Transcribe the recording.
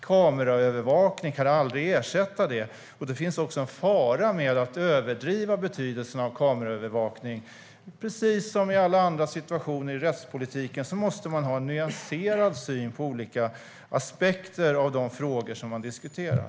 Kameraövervakning kan aldrig ersätta det, och det finns också en fara med att överdriva betydelsen av kameraövervakning. Precis som i alla andra situationer i rättspolitiken måste man ha en nyanserad syn på olika aspekter av de frågor som man diskuterar.